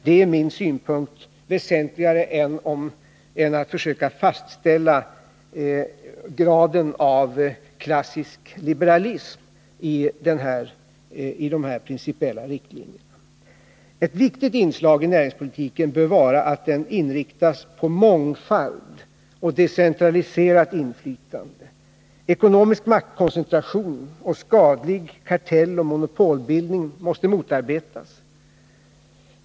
Det är ur min synpunkt väsentligare än att försöka fastställa graden av klassisk liberalism i de principiella riktlinjer som det här gäller. Ett viktigt inslag i näringspolitiken bör vara att den inriktas på mångfald och decentraliserat inflytande. Ekonomisk maktkoncentration och skadlig kartelloch monopolbildning måste motarbetas.